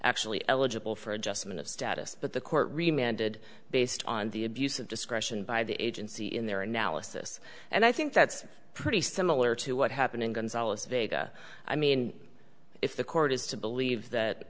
actually eligible for adjustment of status but the court reminded based on the abuse of discretion by the agency in their analysis and i think that's pretty similar to what happened in gonzales vega i mean if the court is to believe that